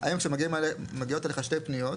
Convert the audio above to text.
האם כשמגיעים, מגיעות אליך שתי פניות.